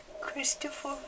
Christopher